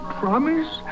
promise